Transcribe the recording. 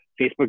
Facebook